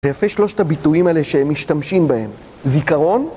זה יפה שלושת הביטויים האלה שהם משתמשים בהם, זיכרון,